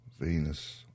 Venus